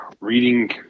reading